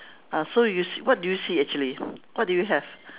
uh so you see what do you see actually what do you have